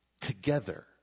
together